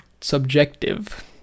subjective